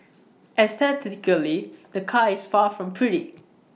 aesthetically the car is far from pretty